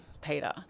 Peter